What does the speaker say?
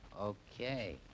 Okay